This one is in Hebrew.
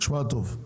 תשמע טוב,